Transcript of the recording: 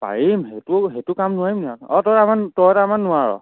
পাৰিম সেইটো সেইটো কাম নোৱাৰিম নি আৰু অ' আমানে তই তাৰমানে নোৱাৰ